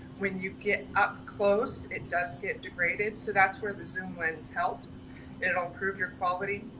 when you get up close, it does get degraded. so that's where the zoom lens helps. and it'll improve your quality.